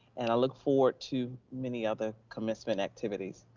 and i look forward to many other commencement activities.